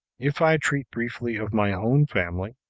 if i treat briefly of my own family,